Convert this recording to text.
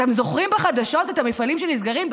אתם זוכרים בחדשות את המפעלים שנסגרים,